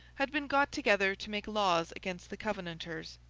had been got together to make laws against the covenanters,